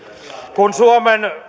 kun suomen